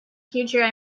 future